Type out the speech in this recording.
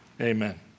Amen